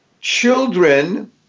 Children